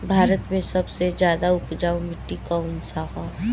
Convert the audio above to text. भारत मे सबसे ज्यादा उपजाऊ माटी कउन सा ह?